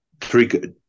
three